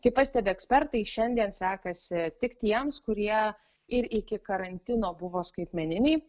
kaip pastebi ekspertai šiandien sekasi tik tiems kurie ir iki karantino buvo skaitmeniniai